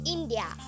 India